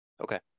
okay